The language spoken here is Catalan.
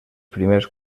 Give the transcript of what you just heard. primers